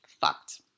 Fucked